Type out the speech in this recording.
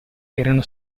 erano